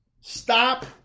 Stop